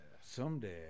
Someday